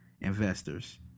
investors